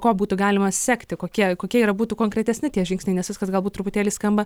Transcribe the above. kuo būtų galima sekti kokie kokie yra būtų konkretesni tie žingsniai nes viskas galbūt truputėlį skamba